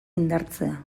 indartzea